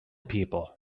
people